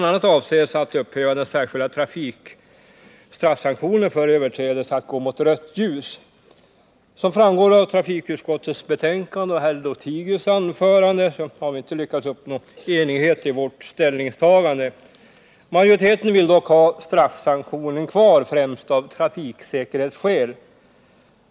a. avser man att upphäva den särskilda trafikstraffsanktionen för överträdelsen att gå mot rött ljus. Som framgår av trafikutskottets betänkande och herr Lothigius anförande har vi inte lyckats uppnå enighet i vårt ställningstagande. Majoriteten vill dock ha straffsanktionen kvar, främst av trafiksäkerhetsskäl.